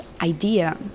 idea